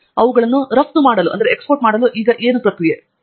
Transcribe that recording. ಅವುಗಳನ್ನು ರಫ್ತು ಮಾಡಲು ಈಗ ಪ್ರಕ್ರಿಯೆ ಏನು